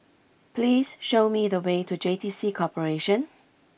please show me the way to J T C Corporation